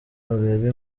urebe